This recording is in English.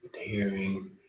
hearing